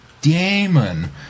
demon